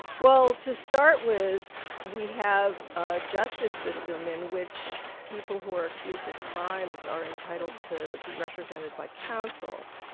well to start with, we have a justice system in which people who are accused of crimes are entitled to be represented by counsel,